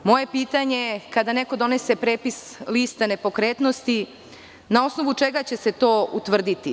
Moje pitanje glasi - kada neko donese prepis liste nepokretnosti, na osnovu čega će se to utvrditi?